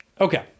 Okay